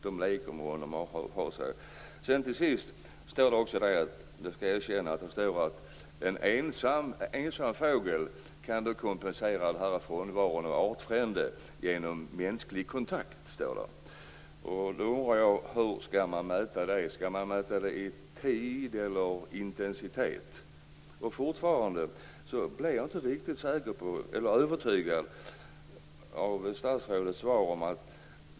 De leker med honom. Det står att en ensam fågel kan bli kompenserad frånvaron av artfrände genom mänsklig kontakt. Jag undrar hur man skall mäta det. Skall man mäta det i tid eller intensitet? Jag är fortfarande inte helt övertygad av statsrådets svar.